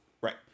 Right